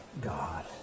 God